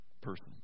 Person